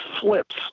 flips